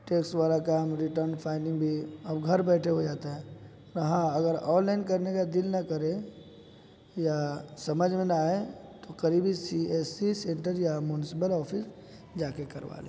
tax والا کام return filing بھی اب گھر بیٹھے ہو جاتے ہیں ہاں اگر آنلائن کرنے کا دل نہ کرے یا سمجھ میں نہ آئے تو قریبی سی ایس سی سینٹر یا مونسپل آفس جا کے کروا لیں